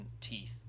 teeth